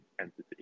entity